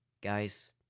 Guys